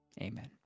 Amen